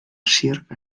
circ